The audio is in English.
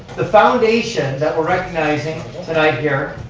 the foundation that we're recognizing tonight here,